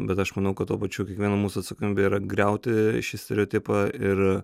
bet aš manau kad tuo pačiu kiekvieno mūsų atsakomybė yra griauti šį stereotipą ir